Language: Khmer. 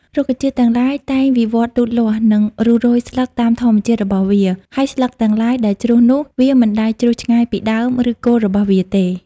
រុក្ខជាតិទាំងឡាយ តែងវិវត្តន៍លូតលាស់ និងរុះរោយស្លឹកតាមធម្មជាតិរបស់វា ហើយស្លឹកទាំងឡាយដែលជ្រុះនោះ វាមិនដែរជ្រុះឆ្ងាយពីដើម ឬគល់របស់វាទេ។